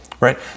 Right